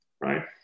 Right